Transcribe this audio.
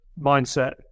mindset